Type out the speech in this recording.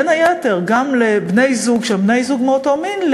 בין היתר גם לבני-זוג שהם בני-זוג מאותו מין,